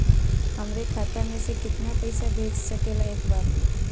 हमरे खाता में से कितना पईसा भेज सकेला एक बार में?